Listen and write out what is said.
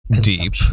deep